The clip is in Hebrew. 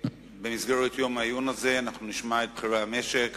במסגרת יום העיון הזה נשמע את בכירי המשק,